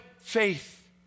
faith